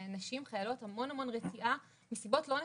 ולנשים וחיילות המון רתיעה ממנו מסיבות לא נכונות,